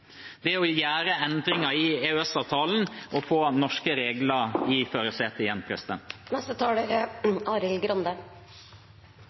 det er å gjøre endringer i EØS-avtalen og få norske regler i førersetet igjen.